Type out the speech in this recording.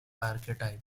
archetype